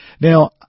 Now